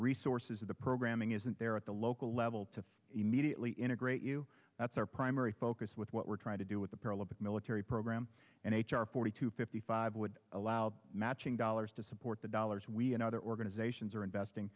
resources of the programming isn't there at the local level to immediately integrate you that's our primary focus with what we're trying to do with the paralympic military program and h r forty two fifty five would allow matching dollars to support the dollars we and other organizations are investing